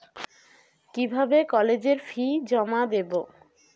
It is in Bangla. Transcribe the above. কিভাবে কলেজের ফি জমা দেবো?